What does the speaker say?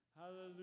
Hallelujah